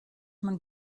man